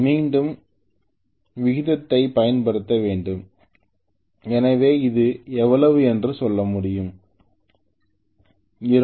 06 எதுவாக இருந்தாலும் 0